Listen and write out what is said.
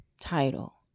title